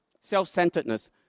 self-centeredness